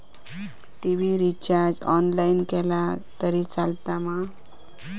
TV recharge online केला तरी चलात मा?